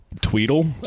Tweedle